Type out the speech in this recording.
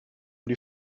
die